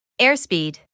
airspeed